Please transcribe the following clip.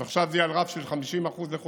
אז עכשיו זה יהיה על רף של 50% לחודשיים,